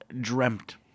dreamt